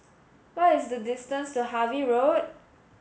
what is the distance to Harvey Road